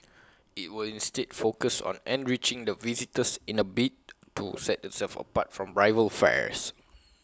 IT will instead focus on enriching the visitor's in A bid to set itself apart from rival fairs